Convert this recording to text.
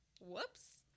whoops